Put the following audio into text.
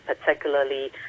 particularly